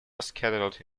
scheduled